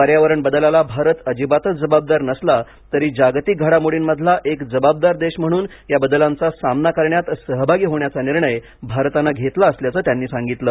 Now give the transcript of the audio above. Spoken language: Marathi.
पर्यावरण बदलाला भारत अजिबातच जबाबदार नसला तरी जागतिक घडामोडींमधला एक जबाबदार देश म्हणून या बदलांचा सामना करण्यात सहभागी होण्याचा निर्णय भारतानं घेतला असल्याचं त्यांनी सांगितलं